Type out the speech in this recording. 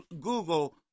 Google